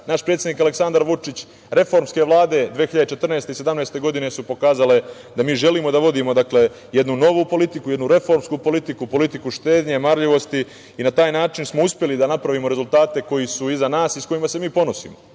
naš predsednik Aleksandar Vučić. Reformske Vlade 2014. i 2017. godine su pokazale da mi želimo da vodimo jednu novu politiku, jednu reformsku politiku, politiku štednje, marljivosti i na taj način smo uspeli da napravimo rezultate koji su iza nas i s kojima se mi ponosimo. Uvek